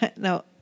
no